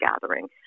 gathering